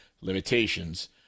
Limitations